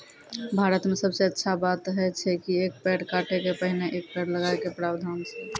भारत मॅ सबसॅ अच्छा बात है छै कि एक पेड़ काटै के पहिने एक पेड़ लगाय के प्रावधान छै